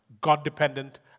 God-dependent